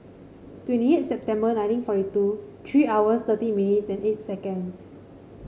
twenty eight September nineteen forty two three hours thirty minutes and eight seconds